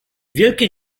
wielkie